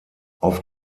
auf